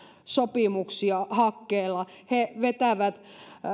sopimuksia hakkeella he vetävät